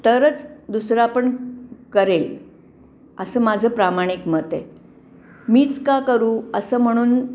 तरच दुसरा पण करेल असं माझं प्रामाणिक मत आहे मीच का करू असं म्हणून